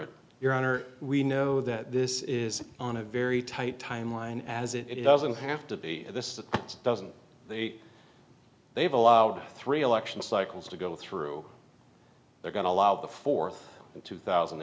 it your honor we know that this is on a very tight timeline as it doesn't have to be this that doesn't they they have allowed three election cycles to go through they're going to allow the fourth two thousand